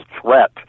threat